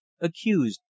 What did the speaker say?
accused